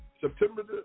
September